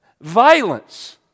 violence